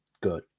good